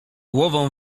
głową